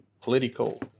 political